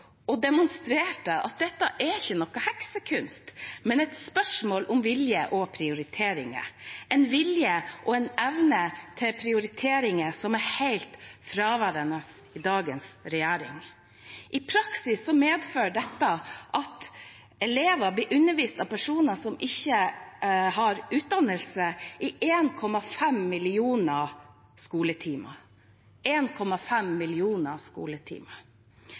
og demonstrerte at dette ikke er noen heksekunst, men et spørsmål om vilje og prioriteringer – en vilje og en evne til prioriteringer som er helt fraværende hos dagens regjering. I praksis medfører dette at elever blir undervist av personer som ikke har utdannelse, i 1,5 millioner skoletimer.